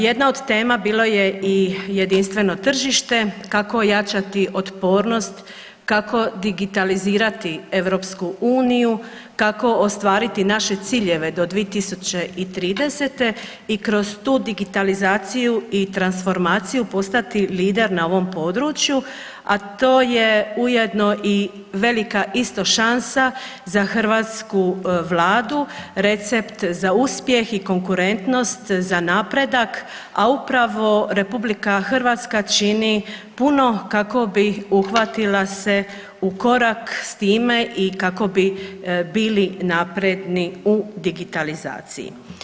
Jedna od tema bilo je i jedinstveno tržište kako ojačati otpornost, kako digitalizirati EU, kako ostvariti naše ciljeve do 2030. i kroz tu digitalizaciju i transformaciju postati lider na ovom području, a to je ujedno i velika isto šansa za hrvatsku Vladu, recept za uspjeh i konkurentnost, za napredak, a upravo RH čini puno kako bi uhvatila se u korak s time i kako bi bili napredni u digitalizaciji.